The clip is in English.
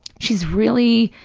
she's really,